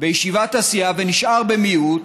בישיבת הסיעה ונשאר במיעוט,